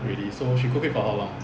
really so she cooked it for how long